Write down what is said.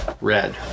Red